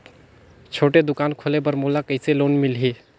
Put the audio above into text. छोटे दुकान खोले बर मोला कइसे लोन मिलही?